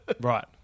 Right